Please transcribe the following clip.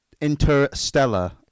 Interstellar